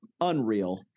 Unreal